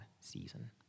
season